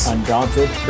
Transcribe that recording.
Undaunted